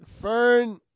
Fern